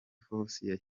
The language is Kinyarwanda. fossey